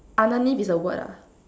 underneath is a word ah